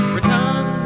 Return